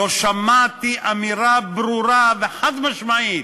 לא שמעתי אמירה ברורה וחד-משמעית: